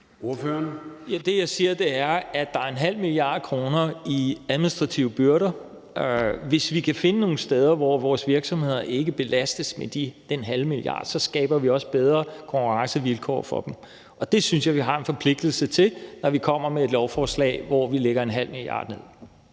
Det, jeg siger, er, at der er 0,5 mia kr. i administrative byrder. Hvis vi kan finde nogle steder, hvor vores virksomheder ikke belastes med den halve milliard, skaber vi også bedre konkurrencevilkår for dem, og det synes jeg vi har en forpligtelse til, når vi kommer med et lovforslag, hvor vi lægger 0,5 mia. kr.